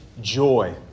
joy